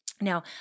Now